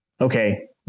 Okay